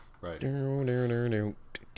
right